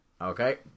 Okay